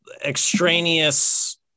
extraneous